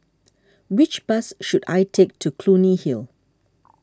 which bus should I take to Clunny Hill